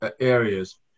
areas